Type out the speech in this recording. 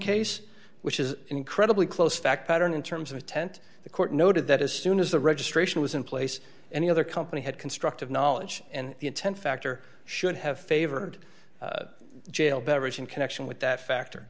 case which is an incredibly close fact pattern in terms of a tent the court noted that as soon as the registration was in place any other company had constructive knowledge and the intent factor should have favored jail beverage in connection with that factor